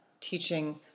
teaching